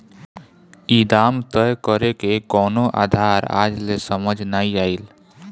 ई दाम तय करेके कवनो आधार आज ले समझ नाइ आइल